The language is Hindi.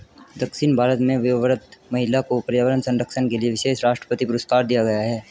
दक्षिण भारत में वयोवृद्ध महिला को पर्यावरण संरक्षण के लिए विशेष राष्ट्रपति पुरस्कार दिया गया है